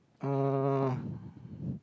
uh